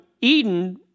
Eden